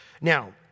Now